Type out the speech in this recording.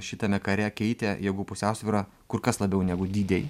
šitame kare keitė jėgų pusiausvyrą kur kas labiau negu dydiai